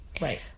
Right